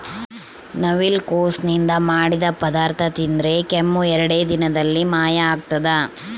ನವಿಲುಕೋಸು ನಿಂದ ಮಾಡಿದ ಪದಾರ್ಥ ತಿಂದರೆ ಕೆಮ್ಮು ಎರಡೇ ದಿನದಲ್ಲಿ ಮಾಯ ಆಗ್ತದ